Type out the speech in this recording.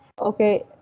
Okay